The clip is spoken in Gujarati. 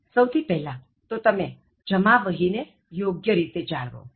સહુથી પહેલા તો તમે જમાવહીને યોગ્ય રીતે જાળવો